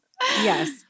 yes